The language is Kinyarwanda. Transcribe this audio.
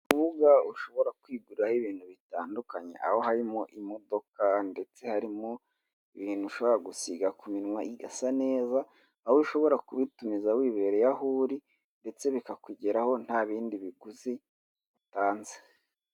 Urubuga ushobora kwiguraho ibintu bitandukanye, aho harimo imodoka ndetse harimo ibintu ushobora gusiga ku minwa igasa neza, aho ushobora kubitumiza wibereye aho uri ndetse bikakugeraho nta bindi biguzi utanze.